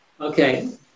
Okay